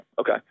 Okay